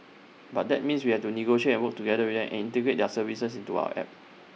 but that means we have to negotiate and work together with them and integrate their services into our app